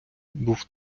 був